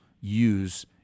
use